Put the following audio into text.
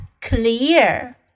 clear